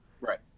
Right